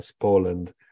Poland